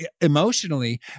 emotionally